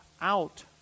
out